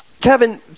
Kevin